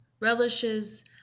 relishes